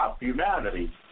humanity